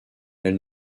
elle